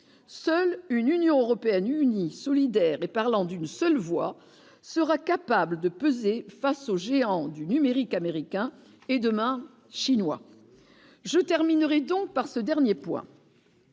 seule une Union européenne unie, solidaire et parlant d'une seule voix sera capable de peser face aux géants du numérique américain et demain chinois je terminerai donc par ce dernier point.